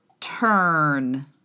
turn